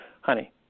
honey